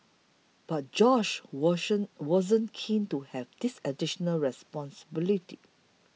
but Josh washing wasn't keen to have this additional responsibility